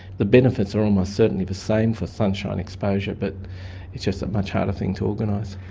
the benefits are almost certainly the same for sunshine exposure but it's just a much harder thing to organise.